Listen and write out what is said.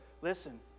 listen